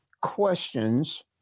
questions